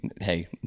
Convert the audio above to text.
hey